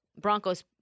broncos